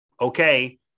okay